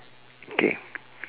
okay